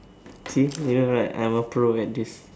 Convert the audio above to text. see you know right I'm a Pro at this